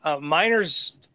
Miner's –